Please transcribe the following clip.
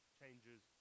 changes